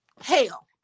hell